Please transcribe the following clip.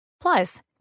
Plus